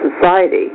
society